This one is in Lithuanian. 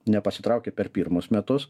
nepasitraukė per pirmus metus